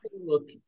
look